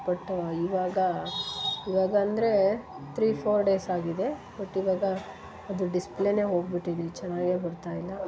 but ಇವಾಗ ಇವಾಗ ಅಂದರೆ ತ್ರೀ ಫೋರ್ ಡೇಸ್ ಆಗಿದೆ ಬಟ್ ಇವಾಗ ಅದು ಡಿಸ್ಪ್ಲೇಯೇ ಹೋಗಿಬಿಟ್ಟಿದೆ ಚೆನ್ನಾಗೇ ಬರ್ತಾ ಇಲ್ಲ